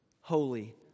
holy